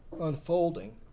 unfolding